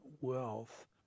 wealth